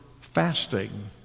fasting